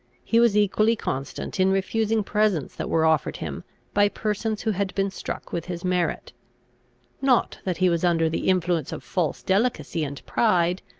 he was equally constant in refusing presents that were offered him by persons who had been struck with his merit not that he was under the influence of false delicacy and pride,